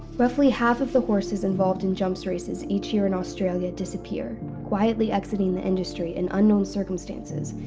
roughly half of the horses involved in jumps races each year in australia disappear, quietly exiting the industry in unknown circumstances,